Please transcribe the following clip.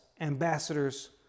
ambassadors